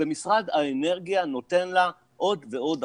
ומשרד האנרגיה נותן לה עוד ועוד ארכות.